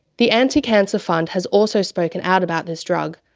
the anti cancer fund has also spoken out about this drug,